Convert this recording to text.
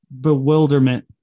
bewilderment